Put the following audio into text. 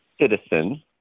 citizen